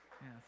Yes